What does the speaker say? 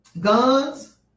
Guns